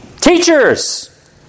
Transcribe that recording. teachers